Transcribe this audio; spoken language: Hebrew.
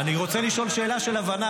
אני רוצה לשאול שאלה של הבנה,